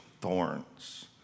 thorns